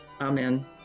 amen